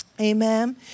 Amen